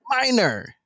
Minor